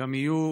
יהיו